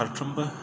फारफ्रोमबो